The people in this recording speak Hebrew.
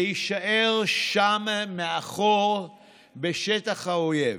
להישאר שם מאחור בשטח האויב,